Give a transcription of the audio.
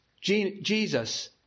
Jesus